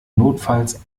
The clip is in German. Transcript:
notfalls